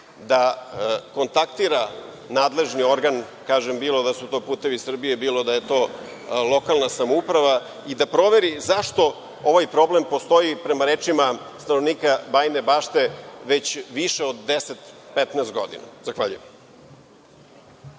da kontaktira nadležni organ, bilo da su to „Putevi Srbije“, bilo da je lokalna samouprava i da proveri zašto ovaj problem postoji prema rečima stanovnika Bajine Bašte već više od 10-15 godina. Hvala.